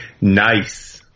Nice